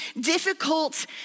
difficult